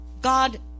God